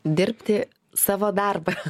dirbti savo darbą